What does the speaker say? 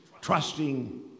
trusting